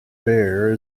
bear